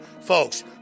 Folks